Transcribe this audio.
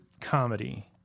comedy